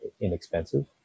inexpensive